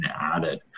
added